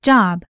Job